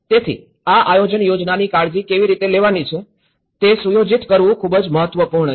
તેથી આ આયોજન યોજનાની કાળજી કેવી રીતે લેવાની છે તે સુયોજિત કરવું ખૂબ જ મહત્વપૂર્ણ છે